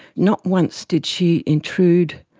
not once did she intrude,